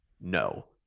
No